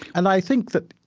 and i think that,